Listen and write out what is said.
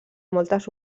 moltes